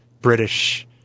British